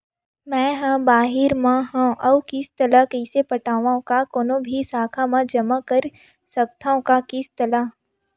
मैं हा बाहिर मा हाव आऊ किस्त ला कइसे पटावव, का कोनो भी शाखा मा जमा कर सकथव का किस्त ला?